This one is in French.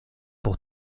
pour